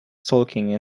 stalking